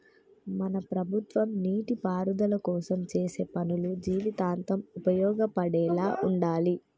మన ప్రభుత్వం నీటిపారుదల కోసం చేసే పనులు జీవితాంతం ఉపయోగపడేలా ఉండాలి